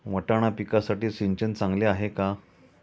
वाटाणा पिकासाठी सिंचन चांगले आहे का?